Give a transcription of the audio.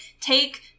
take